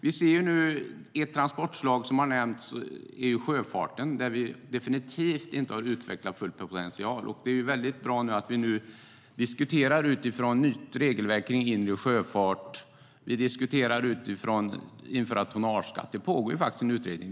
Ett transportslag som har nämnts är sjöfarten, som definitivt inte utvecklats till sin fulla potential. Det är bra att vi nu diskuterar ett nytt regelverk för inre sjöfart och att införa tonnageskatt. Det pågår faktiskt en utredning.